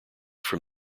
from